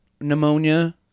pneumonia